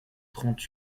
trente